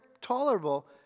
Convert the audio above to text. tolerable